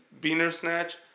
Beanersnatch